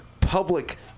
public